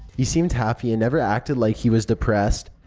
he seemed happy and never acted like he was depressed.